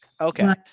Okay